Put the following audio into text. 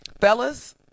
fellas